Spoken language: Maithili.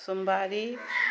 सोमवारी